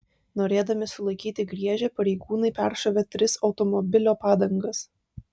norėdami sulaikyti griežę pareigūnai peršovė tris automobilio padangas